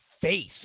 face